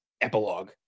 epilogue